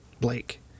Blake